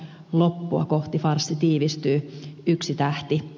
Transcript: loppua kohti farssi tiivistyy yksi tähti